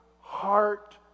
heart